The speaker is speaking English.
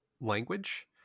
language